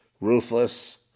Ruthless